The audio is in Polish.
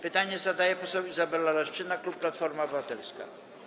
Pytanie zadaje poseł Izabela Leszczyna, klub Platforma Obywatelska.